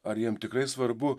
ar jiem tikrai svarbu